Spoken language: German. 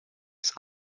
ist